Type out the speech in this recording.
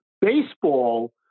baseball